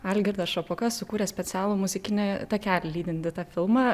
algirdas šapoka sukūrė specialų muzikinį takelį lydintį tą filmą